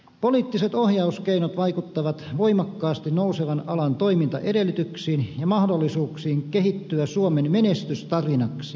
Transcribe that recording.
poliittiset ohjauskeinot vaikuttavat voimakkaasti nousevan alan toimintaedellytyksiin ja mahdollisuuksiin kehittyä suomen menestystarinaksi